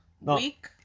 week